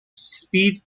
speed